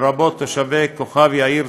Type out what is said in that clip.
ובהם תושבי כוכב יאיר,